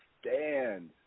stand